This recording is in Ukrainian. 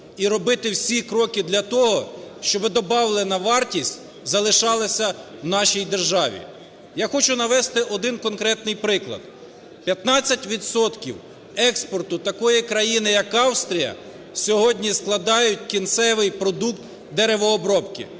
і робити всі кроки для того, щоби добавлена вартість залишалася в нашій державі. Я хочу навести один конкретний приклад. 15 відсотків експорту такої країни як Австрія сьогодні складають кінцевий продукт деревообробки.